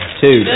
two